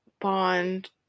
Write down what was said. bond